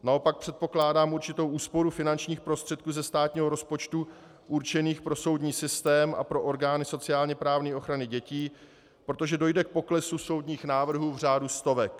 Naopak předpokládám určitou úsporu finančních prostředků ze státního rozpočtu určených pro soudní systém a pro orgány sociálněprávní ochrany dětí, protože dojde k poklesu soudních návrhů v řádu stovek.